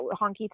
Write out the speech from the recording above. honky